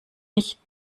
nicht